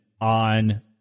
on